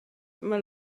immer